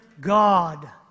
God